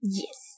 yes